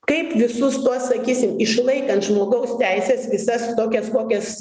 kaip visus tuos sakysim išlaikant žmogaus teises visas tokias kokias